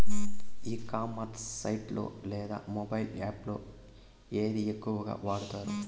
ఈ commerce site లో లేదా మొబైల్ యాప్ లో ఏది ఎక్కువగా వాడుతారు?